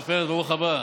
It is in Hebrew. הרב פרץ, ברוך הבא.